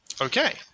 Okay